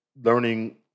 learning